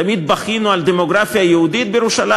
תמיד בכינו על דמוגרפיה יהודית בירושלים.